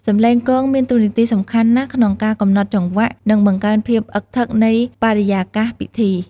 សំឡេងគងមានតួនាទីសំខាន់ណាស់ក្នុងការកំណត់ចង្វាក់ និងបង្កើនភាពអឹកធឹកនៃបរិយាកាសពិធី។